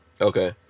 Okay